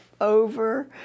over